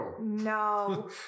no